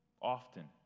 often